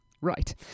right